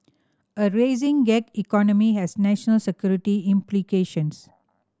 a rising gig economy has national security implications